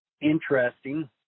interesting